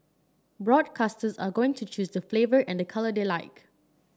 broadcasters are going to choose the flavour and colour they like